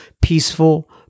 peaceful